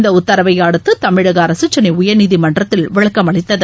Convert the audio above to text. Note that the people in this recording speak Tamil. இந்தஉத்தரவைஅடுத்துதமிழகஅரசுசென்னைஉயர்நீதிமன்றத்தில் விளக்கம் அளித்தது